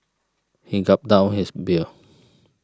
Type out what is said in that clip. he gulped down his beer